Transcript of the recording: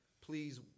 Please